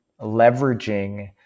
leveraging